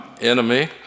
enemy